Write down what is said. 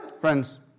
Friends